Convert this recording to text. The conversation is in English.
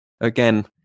again